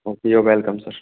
okay your welcome sir